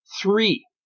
Three